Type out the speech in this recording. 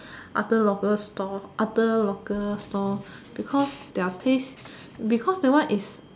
other local stall other local stall because their taste because that one is